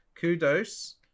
kudos